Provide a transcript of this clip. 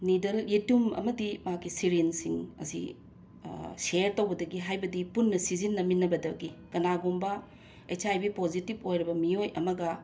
needle ꯌꯦꯇꯨꯝ ꯑꯃꯗꯤ ꯃꯍꯥꯛꯀꯤ ꯁꯤꯔꯤꯟꯁꯤꯡ ꯑꯁꯤ ꯁꯦꯔ ꯇꯧꯕꯗꯒꯤ ꯍꯥꯏꯕꯗꯤ ꯄꯨꯟꯅ ꯁꯤꯖꯤꯟꯅꯃꯤꯟꯅꯕꯗꯒꯤ ꯀꯅꯥꯒꯨꯝꯕ ꯑꯩꯠꯆ ꯑꯥꯏ ꯕꯤ ꯄꯣꯖꯤꯇꯤꯞ ꯑꯣꯏꯔꯕ ꯃꯤꯑꯣꯏ ꯑꯃꯒ